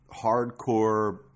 hardcore